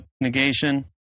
Negation